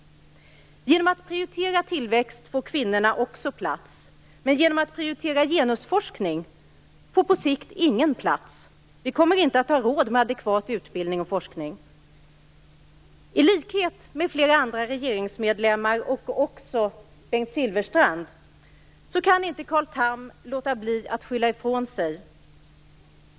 Genom att prioritera tillväxt får också kvinnorna plats, men genom att prioritera genusforskning får på sikt ingen plats. Vi kommer inte att ha råd med adekvat utbildning och forskning. I likhet med flera andra regeringsmedlemmar och också Bengt Silfverstrand kan Carl Tham inte låta bli att skylla ifrån sig.